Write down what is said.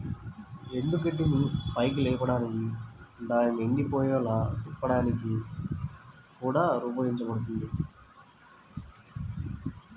ఎండుగడ్డిని పైకి లేపడానికి దానిని ఎండిపోయేలా తిప్పడానికి కూడా రూపొందించబడింది